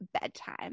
bedtime